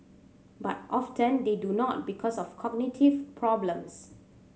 but often they do not because of cognitive problems